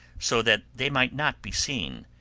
so that they might not be seen,